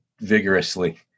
vigorously